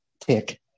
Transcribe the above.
tick